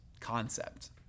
concept